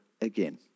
again